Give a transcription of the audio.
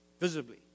visibly